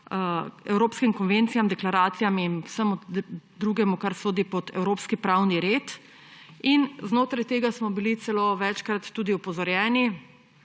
evropskim konvencijam, deklaracijam in vsemu drugemu, kar sodi pod evropski pravni red. In znotraj tega smo bili celo večkrat tudi opozorjeni,